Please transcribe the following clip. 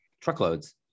truckloads